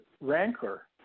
rancor